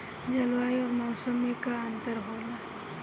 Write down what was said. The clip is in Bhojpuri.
जलवायु और मौसम में का अंतर होला?